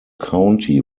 county